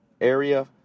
area